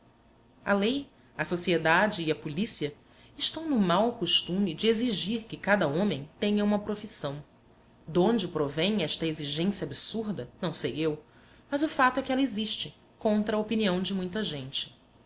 a lei a sociedade e a polícia estão no mau costume de exigir que cada homem tenha uma profissão donde provém esta exigência absurda não sei eu mas o fato é que ela existe contra a opinião de muita gente